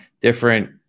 different